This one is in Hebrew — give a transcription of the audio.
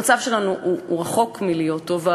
המצב שלנו רחוק מלהיות טוב.